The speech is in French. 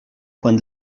coins